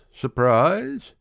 Surprise